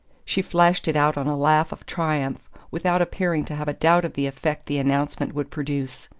she flashed it out on a laugh of triumph, without appearing to have a doubt of the effect the announcement would produce.